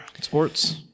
sports